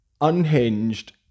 unhinged